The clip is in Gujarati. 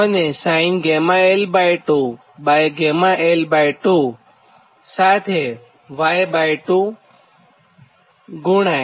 અનેsinh l 2 l 2 સાથે Y2 ગુણાય